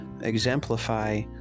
exemplify